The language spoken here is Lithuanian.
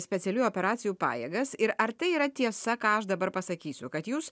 specialiųjų operacijų pajėgas ir ar tai yra tiesa ką aš dabar pasakysiu kad jūs